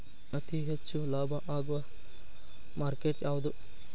ಅತಿ ಹೆಚ್ಚು ಲಾಭ ಆಗುವ ಮಾರ್ಕೆಟ್ ಯಾವುದು?